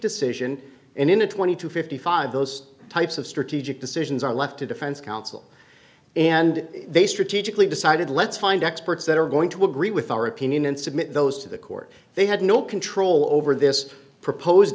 decision and in a twenty two fifty five those types of strategic decisions are left to defense counsel and they strategically decided let's find experts that are going to agree with our opinion and submit those to the court they had no control over this proposed